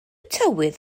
tywydd